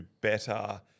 better